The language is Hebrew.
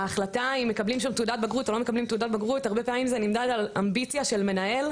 ההחלטה אם מקבלים שם תעודת בגרות או לא תלויה באמביציה של המנהל,